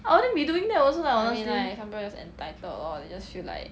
I mean like some people just entitled lor they just feel like